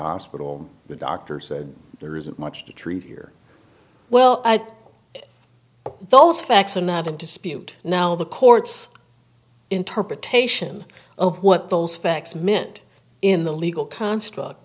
hospital the doctor said there isn't much to treat here well the facts are not in dispute now the court's interpretation of what those facts meant in the legal construct